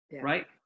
Right